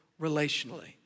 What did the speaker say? relationally